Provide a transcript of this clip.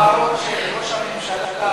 ההערות של ראש הממשלה,